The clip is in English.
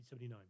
1979